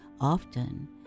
often